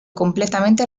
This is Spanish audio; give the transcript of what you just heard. completamente